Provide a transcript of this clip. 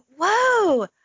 Whoa